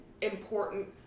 important